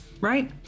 right